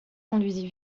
conduisit